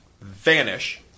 vanish